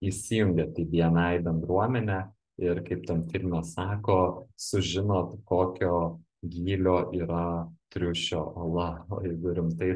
įsijungiat į bni bendruomenę ir kaip tam filme sako sužinot kokio gylio yra triušio ola o jeigu rimtai